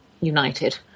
united